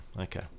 Okay